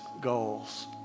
goals